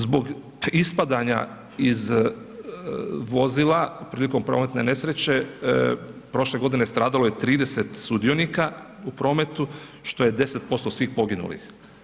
Zbog ispadanja iz vozila prilikom prometne nesreće prošle godine stradalo je 30 sudionika u prometu što je 10% svih poginulih.